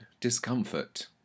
discomfort